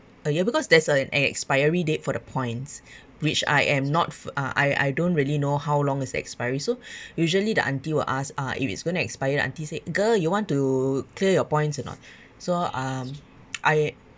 a year because there's a an expiry date for the points which I am not uh I I don't really know how long is the expiry so usually the auntie will ask lah if it's going to expire auntie say girl you want to clear your points or not so um I